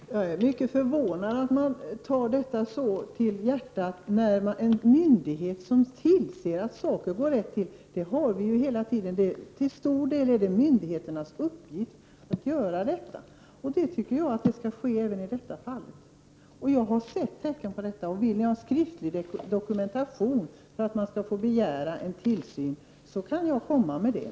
Herr talman! Jag är mycket förvånad över att man tar detta så till hjärtat när vi ju har en myndighet som tillser att saker går rätt till. Det är till stor del myndigheternas uppgift att göra detta. Det tycker jag skall ske även i detta fall. Jag har sett tecken på detta, och om någon vill ha en skriftlig dokumentation för att man skall kunna begära en tillsyn, kan jag lämna en sådan.